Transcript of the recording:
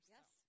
Yes